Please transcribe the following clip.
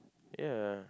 ya